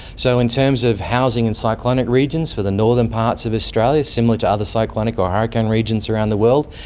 so in terms of housing in cyclonic regions for the northern parts of australia, similar to other cyclonic or hurricane regions around the world,